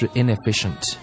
inefficient